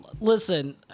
Listen